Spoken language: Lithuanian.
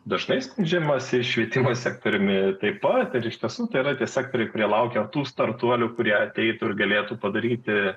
dažnai skundžiamasi švietimo sektoriumi taip pat ir iš tiesų tai yra tiesiog prie laukia tų startuolių kurie ateitų ir galėtų padaryti